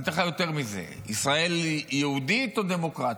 אני אגיד לך יותר מזה: ישראל היא יהודית או דמוקרטית?